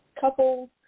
couples